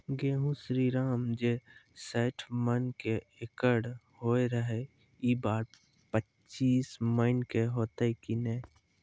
गेहूँ श्रीराम जे सैठ मन के एकरऽ होय रहे ई बार पचीस मन के होते कि नेय?